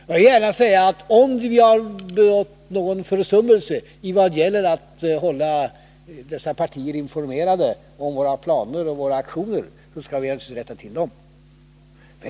Jag vill gärna säga, att om vi har begått någon försummelse i vad gäller att hålla andra partier informerade om våra planer och aktioner, skall vi naturligtvis rätta till detta.